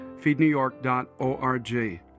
feednewyork.org